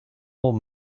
old